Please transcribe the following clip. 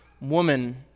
woman